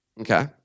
Okay